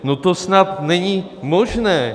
No, to snad není možné!